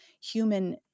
human